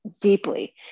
deeply